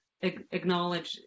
acknowledge